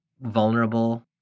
vulnerable